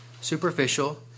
superficial